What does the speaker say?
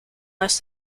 less